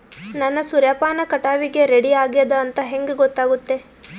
ನನ್ನ ಸೂರ್ಯಪಾನ ಕಟಾವಿಗೆ ರೆಡಿ ಆಗೇದ ಅಂತ ಹೆಂಗ ಗೊತ್ತಾಗುತ್ತೆ?